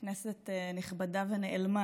כנסת נכבדה ונעלמה,